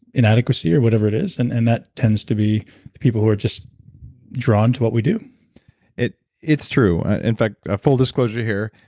inadequacy, or whatever it is. and and that tends to be people who are just drawn to what we do it's true. in fact, ah full disclosure here.